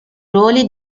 ruoli